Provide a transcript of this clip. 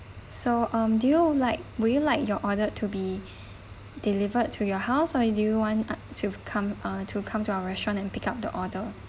so um do you would like would you like your ordered to be delivered to your house or do you want to come uh to come to our restaurant and pick up the order